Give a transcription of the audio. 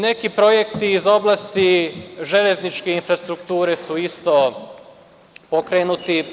Neki projekti iz oblasti železničke infrastrukture su isto pokrenuti.